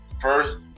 first